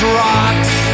rocks